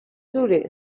today